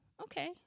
Okay